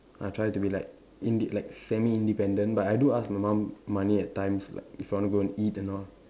I try to be like inde~ like semi independent but I do ask my mum money at times like if I want to go eat and all